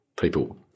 people